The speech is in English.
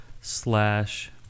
slash